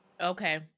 Okay